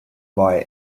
boy